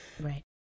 Right